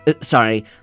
sorry